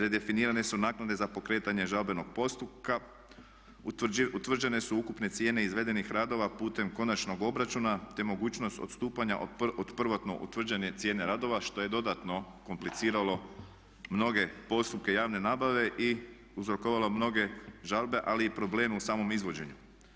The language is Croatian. Redefinirane su naknade za pokretanje žalbenog postupka, utvrđene su ukupne cijene izvedenih radova putem konačnog obračuna, te mogućnost odstupanja od prvotno utvrđene cijene radova što je dodatno kompliciralo mnoge postupke javne nabave i uzrokovalo mnoge žalbe, ali i probleme u samom izvođenju.